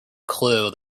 clue